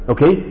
Okay